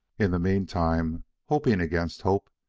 in the meantime, hoping against hope,